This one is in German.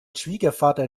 schwiegervater